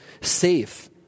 safe